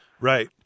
right